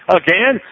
again